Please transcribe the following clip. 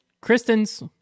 Kristen's